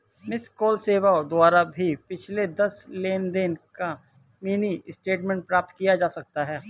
miss call सेवाओं द्वारा भी पिछले दस लेनदेन का मिनी स्टेटमेंट प्राप्त किया जा सकता है